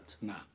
No